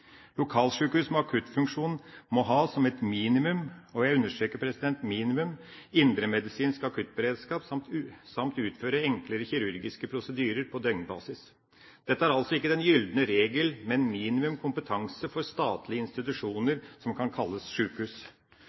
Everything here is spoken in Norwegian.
Lokalsjukehus med akuttfunksjon må ha som et minimum – og jeg understreker minimum – indremedisinsk akuttberedskap samt enklere kirurgiske prosedyrer på døgnbasis. Dette er altså ikke den gylne regel, men minimum kompetanse for statlige institusjoner som kan kalles sjukehus.